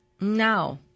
No